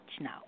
now